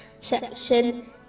section